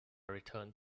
returned